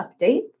updates